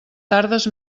tardes